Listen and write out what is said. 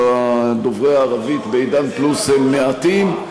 דוברי הערבית ב"עידן פלוס" הם מעטים,